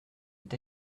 eût